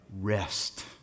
rest